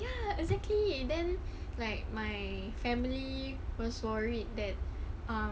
like alcohol you want to ask need ya exactly then like my family was worried that